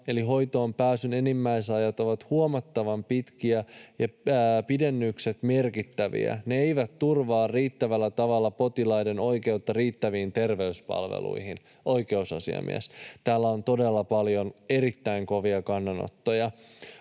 eli: ”Hoitoonpääsyn enimmäisajat ovat huomattavan pitkiä ja pidennykset merkittäviä. Ne eivät turvaa riittävällä tavalla potilaiden oikeutta riittäviin terveyspalveluihin.” Täällä on todella paljon erittäin kovia kannanottoja.